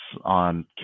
on